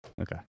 Okay